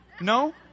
no